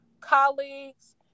colleagues